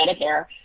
Medicare